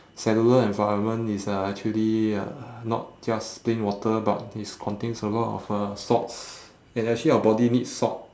cellular environment is uh actually uh not just plain water but is contains a lot of uh salts and actually our body needs salt